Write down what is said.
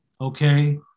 Okay